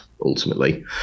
ultimately